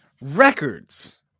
Records